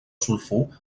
sulfur